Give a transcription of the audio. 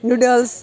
noodles